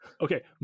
Okay